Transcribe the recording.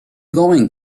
going